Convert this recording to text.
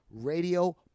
radio